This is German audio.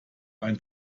ein